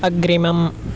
अग्रिमम्